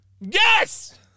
Yes